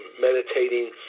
meditating